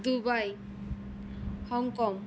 Dubai Hong Kong